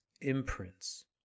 imprints